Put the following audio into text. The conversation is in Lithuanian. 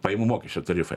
pajamų mokesčio tarifai